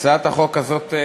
הצעת החוק הזאת,